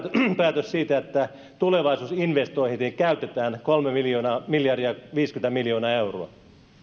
päätös siitä että tulevaisuusinvestointeihin käytetään kolme miljardia viisikymmentä miljoonaa euroa